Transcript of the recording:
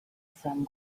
some